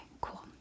cool